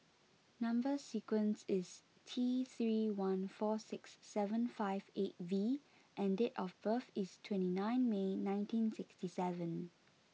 number sequence is T three one four six seven five eight V and date of birth is twenty nine May nineteen sixty seven